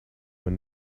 when